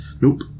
Nope